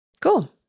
Cool